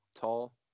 tall